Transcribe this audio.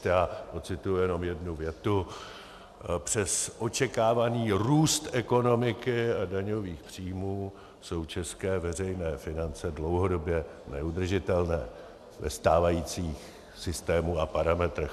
Já ocituji jenom jednu větu: Přes očekávaný růst ekonomiky a daňových příjmů jsou české veřejné finance dlouhodobě neudržitelné ve stávajícím systému a parametrech.